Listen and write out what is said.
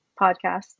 podcast